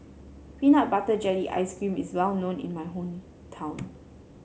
Peanut Butter Jelly Ice cream is well known in my hometown